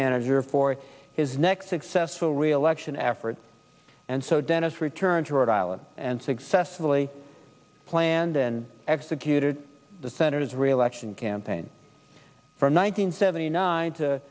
manager for his next successful reelection effort and so dennis returned to rhode island and successfully planned and executed the senator's reelection campaign from one hundred seventy nine to